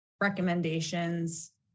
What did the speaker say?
recommendations